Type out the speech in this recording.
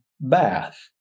bath